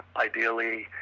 ideally